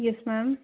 yes ma'am